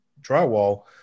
drywall